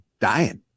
dying